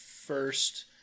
first